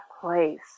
place